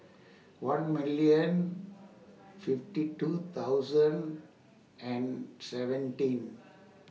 one million fifty two thousand and seventeen